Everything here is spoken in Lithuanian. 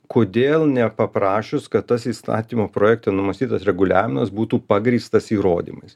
kodėl nepaprašius kad tas įstatymo projekte numatytas reguliavimas būtų pagrįstas įrodymais